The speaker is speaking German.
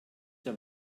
der